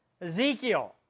Ezekiel